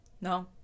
No